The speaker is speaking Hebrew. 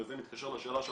זה מתקשר לשאלה שלך,